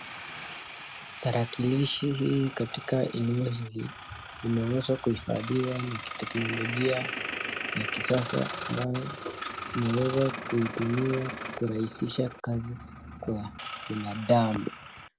Tarakilishi hii katika eneo hili, imeweza kuifadhiwa na kiteknologia ya kisasa ambao unaweza kuitumia kurahishisha kazi kwa binadamu.